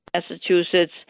Massachusetts